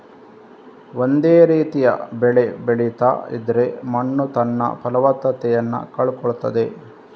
ಒಂದೇ ರೀತಿಯ ಬೆಳೆ ಬೆಳೀತಾ ಇದ್ರೆ ಮಣ್ಣು ತನ್ನ ಫಲವತ್ತತೆಯನ್ನ ಕಳ್ಕೊಳ್ತದೆ